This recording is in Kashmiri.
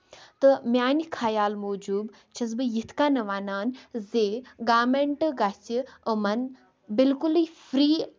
تہٕ میانہِ خیال موٗجوٗب چھَس بہٕ یِتھہ کٔنۍ وَنان زِ گورمینٹ گژھِ یِمن بِالکُلٕے فری